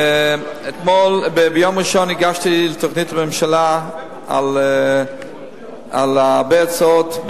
ביום ראשון הגשתי תוכנית לממשלה על הרבה הצעות,